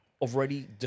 already